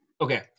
Okay